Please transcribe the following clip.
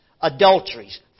adulteries